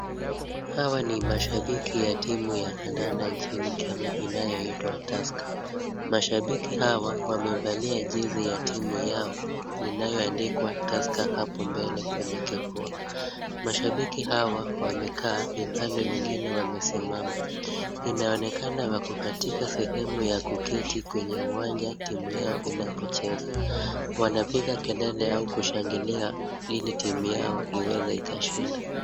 Hawa ni mashabiki ya timu ya kandanda nchini Kenya inayoitwa Tusker. Mashabiki hawa wamevalia jezi ya timu yao inayooandikwa Tusker hapo mbele kwenye kifua. Mashabiki hawa wamekaa ilhali wengine wamesimama. Inaonekana wako katika sehemu ya kuketi kwenye uwanja timu yao inapocheza. Wanapiga kelele au kushangilia ili timu yao iweze ikashinda.